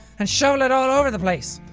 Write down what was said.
and shovel it all over the place.